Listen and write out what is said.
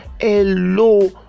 hello